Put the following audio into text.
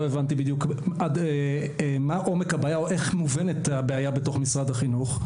לא הבנתי מה עומק הבעיה או איך מובנת הבעיה בתוך משרד החינוך.